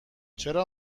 چرا